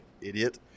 idiot